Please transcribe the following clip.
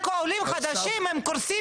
יש לנו אוכלוסיות שלא מחוברות לאינטרנט.